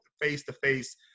face-to-face